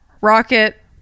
rocket